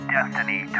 Destiny